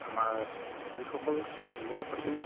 আমাৰ যিসকল